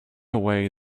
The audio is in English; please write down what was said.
away